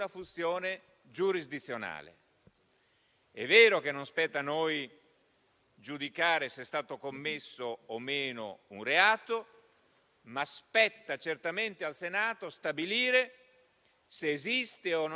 E su questa esimente speciale possiamo giudicare soltanto noi. La magistratura ordinaria non può entrare nel merito di questa specifica questione